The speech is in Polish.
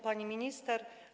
Pani Minister!